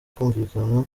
kumvikana